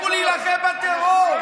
לכו להילחם בטרור.